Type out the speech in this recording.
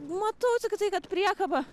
matau tik tai kad priekaba